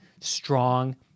strong